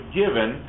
given